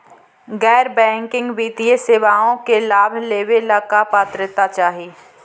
गैर बैंकिंग वित्तीय सेवाओं के लाभ लेवेला का पात्रता चाही?